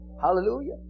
Hallelujah